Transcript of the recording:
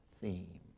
theme